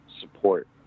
support